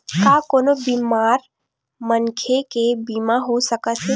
का कोनो बीमार मनखे के बीमा हो सकत हे?